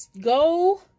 go